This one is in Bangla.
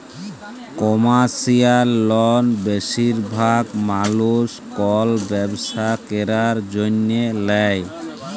কমার্শিয়াল লল বেশিরভাগ মালুস কল ব্যবসা ক্যরার জ্যনহে লেয়